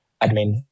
admin